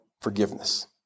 forgiveness